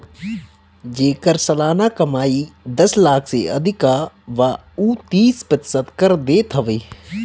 जेकर सलाना कमाई दस लाख से अधिका बा उ तीस प्रतिशत कर देत हवे